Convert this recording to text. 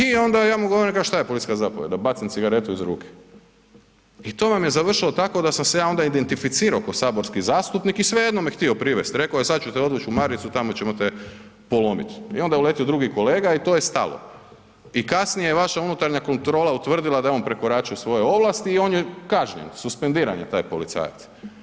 I onda ja mu govorim „šta je policijska zapovijed, da bacim cigaretu iz ruke?“ I to vam je završilo tako da sam se ja onda identificirao kao saborski zastupnik i svejedno me htio me htio privest, rekao je „sad ću te odvuć u maricu, tamo ćemo te polomit“ i onda je uletio drugi kolega i to je stalo i kasnije je vaša unutarnja kontrola utvrdila da je on prekoračio svoje ovlasti i on je kažnjen, suspendiran je taj policajac.